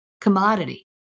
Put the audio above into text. commodity